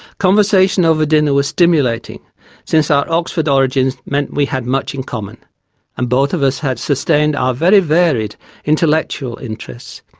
conversation over dinner was stimulating since our oxford origins meant we had much in common and both of us had sustained our very varied intellectual interests.